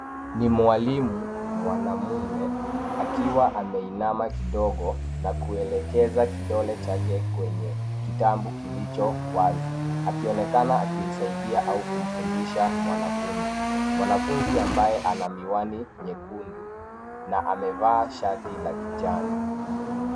Ni mwalimu mwanaume akiwa ameinama kidogo na kuelekeza kidole chake kwenye kitabu kilicho wazi. Akionekana akimsaidia au kumfundisha mwanafunzi. Mwanafunzi ambaye ana miwani nyekundu na amevaa shati la kijani.